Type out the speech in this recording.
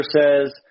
says